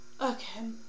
Okay